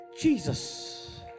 jesus